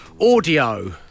Audio